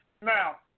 Now